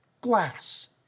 Glass